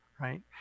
Right